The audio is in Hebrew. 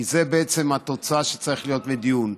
כי זו בעצם התוצאה שצריכה להיות מדיון,